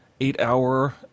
eight-hour